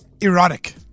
erotic